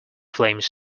flames